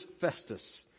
Festus